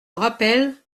rappelle